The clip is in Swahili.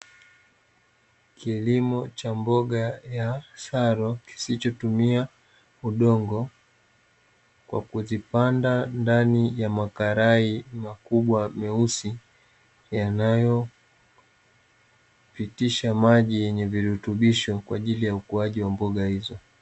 Kilimo cha mboga ya sharo kisichotumia udongo, kwa kuzipanda ndani ya makarai makubwa meusi yanayopitisha maji yenye virutubisho, kwa ajili ya ukuaji wa mboga hizo.